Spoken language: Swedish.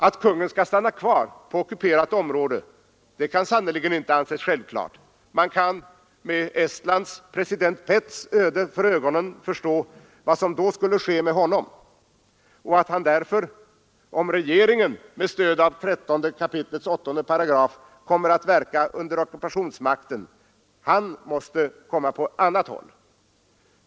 Att konungen skall stanna kvar på ockuperat område kan sannerligen inte anses självklart. Man kan med Estlands president Päts' öde för ögonen förstå vad som då skulle ske med konungen och att han därför, om regeringen med stöd av 13 kap. 8§ kommer att verka under ockupationsmakten, kommer att vara på annat håll.